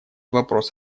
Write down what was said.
вопрос